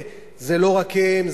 זה לא רק הם.